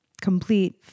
complete